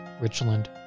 Richland